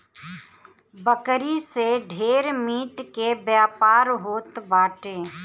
बकरी से ढेर मीट के व्यापार होत बाटे